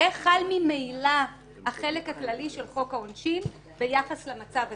איך החל ממילא החלק הכללי של חוק העונשין ביחס למצב הזה.